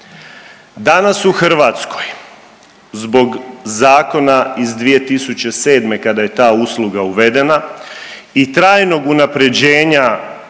Danas u Hrvatskoj zbog zakona iz 2007. kada je ta usluga uvedena i trajnog unapređenja